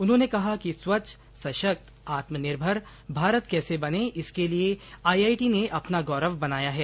उन्होंने कहा कि स्वच्छ सशक्त आत्मनिर्भर भारत कैसे बने इसके लिए आईआईटी ने अपना गौरव बनाया है